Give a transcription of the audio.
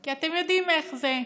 כי אתם יודעים איך זה,